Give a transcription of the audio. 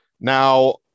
Now